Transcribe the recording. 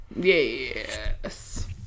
yes